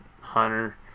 Hunter